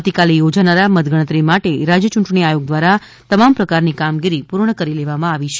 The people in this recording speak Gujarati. આવતીકાલે યોજાનારા મતગણતરી માટે રાજ્ય યૂંટણી આયોગ દ્વારા તમામ પ્રકારની કામગીરી પૂર્ણ કરી લેવામાં આવી છે